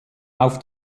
auf